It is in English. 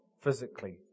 physically